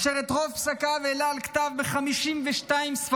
אשר את רוב פסקיו העלה על כתב ב-52 ספריו,